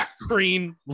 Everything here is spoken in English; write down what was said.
Green